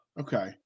Okay